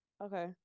okay